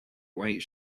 white